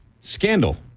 scandal